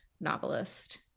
novelist